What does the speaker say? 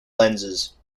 lenses